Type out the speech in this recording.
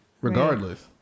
regardless